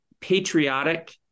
patriotic